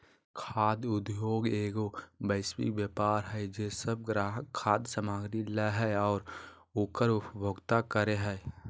खाद्य उद्योगएगो वैश्विक व्यापार हइ जे सब ग्राहक खाद्य सामग्री लय हइ और उकर उपभोग करे हइ